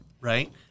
Right